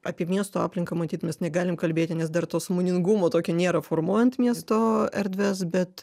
apie miesto aplinką matyt mes negalim kalbėti nes dar to sąmoningumo tokio nėra formuojant miesto erdves bet